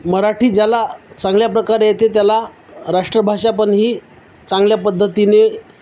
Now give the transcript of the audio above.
मराठी ज्याला चांगल्या प्रकारे येते त्याला राष्ट्रभाषा पण ही चांगल्या पद्धतीने